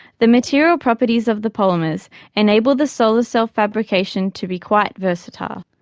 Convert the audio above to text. the material properties of the polymers enable the solar cell fabrication to be quite versatile.